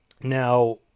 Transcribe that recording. Now